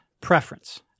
preference